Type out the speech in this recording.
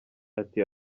ati